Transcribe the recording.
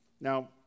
Now